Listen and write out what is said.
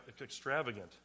extravagant